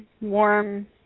warm